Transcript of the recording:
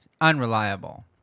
Unreliable